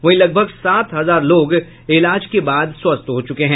वहीं लगभग सात हजार लोग इलाज के बाद स्वस्थ हो चुके हैं